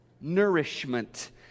nourishment